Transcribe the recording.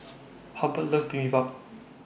Halbert loves Bibimbap